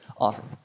Awesome